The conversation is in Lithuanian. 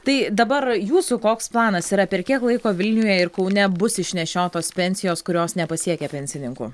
tai dabar jūsų koks planas yra per kiek laiko vilniuje ir kaune bus išnešiotos pensijos kurios nepasiekia pensininkų